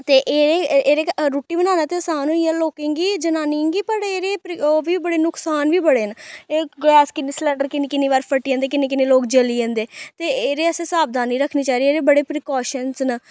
ते एह् एह्दे रुट्टी बनाना ते असान होई गेआ लोकें गी जनानियें गी बट एह्दे ओह् बी बड़े नुक्सान बी बड़े न एह् गैस किन्नै सलैंडर किन्नी किन्नी बार फटी जंदे किन्नै किन्नै लोक जली जंदे ते एह्दे आस्तै सावधानी रक्खनी चाहिदी एह्दे बड़े प्रीकाशन्ज न